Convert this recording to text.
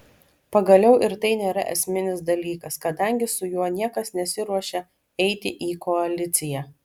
pagaliau ir tai nėra esminis dalykas kadangi su juo niekas nesiruošia eiti į koaliciją